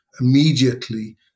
immediately